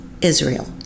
Israel